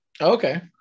Okay